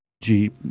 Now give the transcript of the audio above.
Jeep